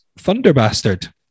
Thunderbastard